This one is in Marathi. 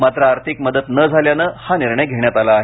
मात्र आर्थिक मदत न झाल्याने हा निर्णय घेण्यात आला आहे